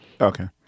Okay